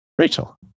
rachel